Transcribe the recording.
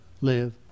live